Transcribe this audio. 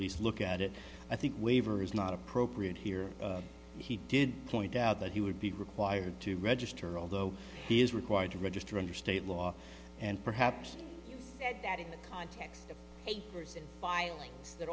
least look at it i think waiver is not appropriate here he did point out that he would be required to register although he is required to register under state law and perhaps that in the context of papers and filings that